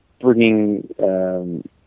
bringing